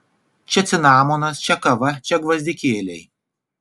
čia cinamonas čia kava čia gvazdikėliai